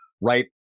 right